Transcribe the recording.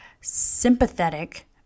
sympathetic